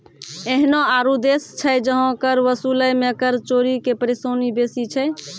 एहनो आरु देश छै जहां कर वसूलै मे कर चोरी के परेशानी बेसी छै